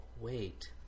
wait